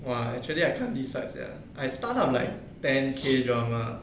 !wah! actually I can't decide sia I start up like ten K drama